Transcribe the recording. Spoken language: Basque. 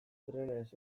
trenez